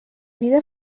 vida